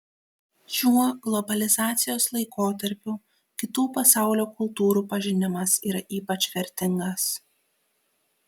šiuo globalizacijos laikotarpiu kitų pasaulio kultūrų pažinimas yra ypač vertingas